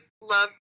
love